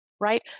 right